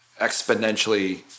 exponentially